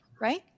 right